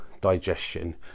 digestion